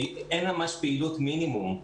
אין ממש פעילות מינימום.